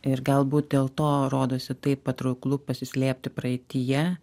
ir galbūt dėl to rodosi taip patrauklu pasislėpti praeityje